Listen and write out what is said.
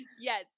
yes